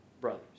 brothers